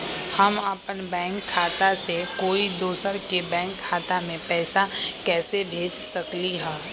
हम अपन बैंक खाता से कोई दोसर के बैंक खाता में पैसा कैसे भेज सकली ह?